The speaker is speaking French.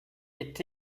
est